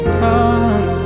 come